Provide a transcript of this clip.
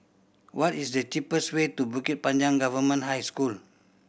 what is the cheapest way to Bukit Panjang Government High School